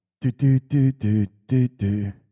Do-do-do-do-do-do